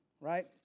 right